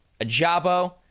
Ajabo